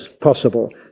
possible